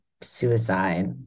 suicide